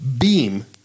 beam